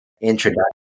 introduction